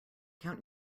count